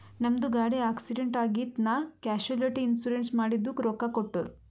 ನಮ್ದು ಗಾಡಿ ಆಕ್ಸಿಡೆಂಟ್ ಆಗಿತ್ ನಾ ಕ್ಯಾಶುಲಿಟಿ ಇನ್ಸೂರೆನ್ಸ್ ಮಾಡಿದುಕ್ ರೊಕ್ಕಾ ಕೊಟ್ಟೂರ್